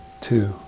two